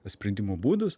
sprendimo būdus